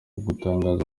gutangaza